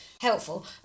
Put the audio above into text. helpful